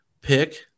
pick